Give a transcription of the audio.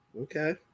Okay